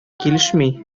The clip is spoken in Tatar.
килешми